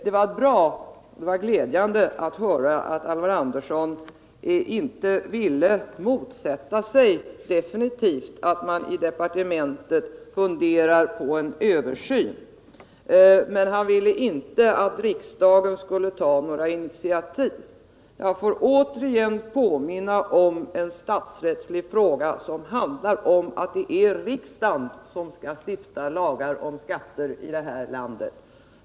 Det var visserligen glädjande att höra att Alvar Andersson inte definitivt ville motsätta sig att man i departementet funderar på en översyn, men han ville inte att riksdagen skulle ta några initiativ. Jag får då återigen påminna om en statsrättslig fråga som handlar om att det är riksdagen som skall stifta lagar om skatter här i landet!